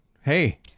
Hey